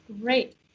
Great